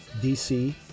dc